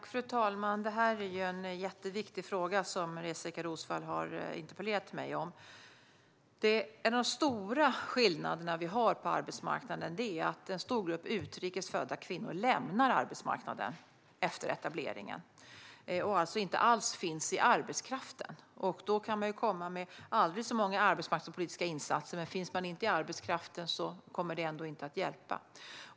Fru talman! Det här är en jätteviktig fråga som Jessika Roswall har interpellerat mig om. En av de stora skillnaderna vi har på arbetsmarknaden är att en stor grupp utrikes födda kvinnor lämnar arbetsmarknaden efter etableringen och alltså inte alls finns i arbetskraften. Man kan komma med aldrig så många arbetsmarknadspolitiska insatser, men finns de inte i arbetskraften kommer det ändå inte att hjälpa.